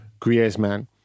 Griezmann